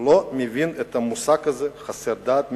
לא מבין את המושג הזה חסר דת,